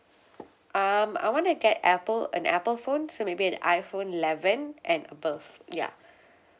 um I want to get Apple an Apple phone so maybe an iPhone eleven and above ya